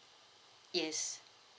yes